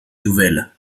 nouvelle